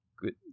good